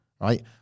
right